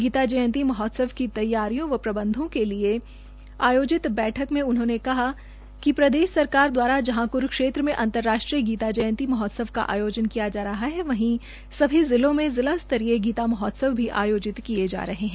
गीता जयंती महोत्सव की तैयारियों व प्रबंधो के लिए आयोजित बैठक में उन्होंने कहा कि प्रदेश सरकार द्वारा जहां क्रूक्षेत्र में अंतर्राष्ट्रीय गीता जयंती महोत्सव का आयोजन किया जा रहा है वहीं सभी जिलों में जिला स्तरीय गीता महोत्सव भी आयोजित किए जा रहे है